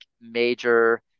major